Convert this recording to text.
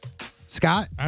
Scott